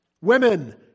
Women